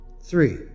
three